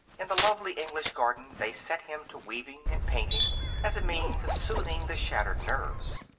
in the lovely english garden they set him to weaving and painting as a means of soothing the shattered nerves.